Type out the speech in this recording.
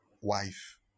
wife